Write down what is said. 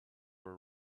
were